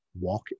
walk